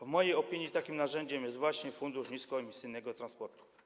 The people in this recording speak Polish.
W mojej opinii takim narzędziem jest właśnie Fundusz Niskoemisyjnego Transportu.